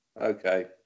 Okay